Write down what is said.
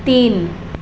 तीन